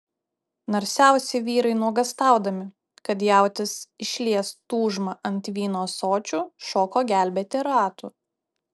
narsiausi vyrai nuogąstaudami kad jautis išlies tūžmą ant vyno ąsočių šoko gelbėti ratų